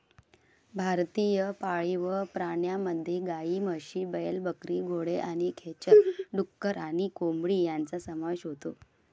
भारतीय पाळीव प्राण्यांमध्ये गायी, म्हशी, बैल, बकरी, घोडे आणि खेचर, डुक्कर आणि कोंबडी यांचा समावेश होतो